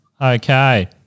Okay